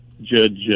judge